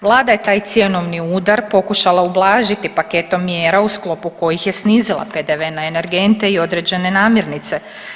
Vlada je taj cjenovni udar pokušala ublažiti paketom mjera u sklopu kojih je snizila PDV na energente i određene namirnice.